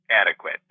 adequate